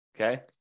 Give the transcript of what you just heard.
Okay